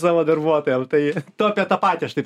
savo darbuotojam tai tu apie tą patį aš taip